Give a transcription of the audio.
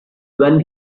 when